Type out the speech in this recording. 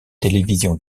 télévision